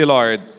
Lord